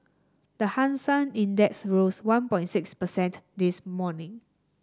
the Hang Seng Index rose one point six percent this morning